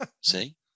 See